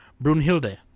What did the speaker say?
Brunhilde